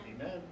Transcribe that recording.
Amen